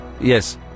Yes